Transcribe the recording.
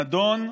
הנדון: